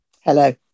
Hello